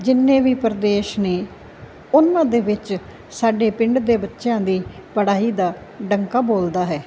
ਜਿੰਨੇ ਵੀ ਪ੍ਰਦੇਸ਼ ਨੇ ਉਹਨਾਂ ਦੇ ਵਿੱਚ ਸਾਡੇ ਪਿੰਡ ਦੇ ਬੱਚਿਆਂ ਦੀ ਪੜ੍ਹਾਈ ਦਾ ਡੰਕਾ ਬੋਲਦਾ ਹੈ